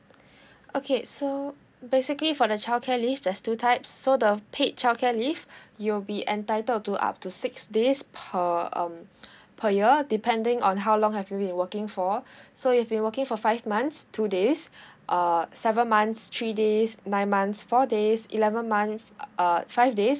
okay so basically for the childcare leave there's two types so the paid childcare leave you'll be entitled to up to six days per um per year depending on how long have you been working for so if you've working for five months two days err seven months three days nine months four days eleven month uh five days